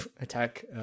attack